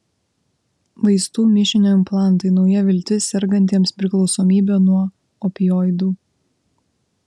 vaistų mišinio implantai nauja viltis sergantiems priklausomybe nuo opioidų